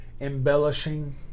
embellishing